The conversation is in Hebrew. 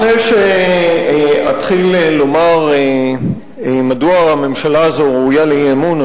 לפני שאתחיל לומר מדוע הממשלה הזאת ראויה לאי-אמון,